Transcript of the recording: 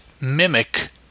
mimic